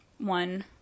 one